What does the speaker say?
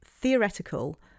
theoretical